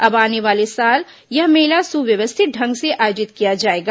अब आने वाले साल यह मेला सुध्यवस्थित ढंग से आयोजित किया जाएगा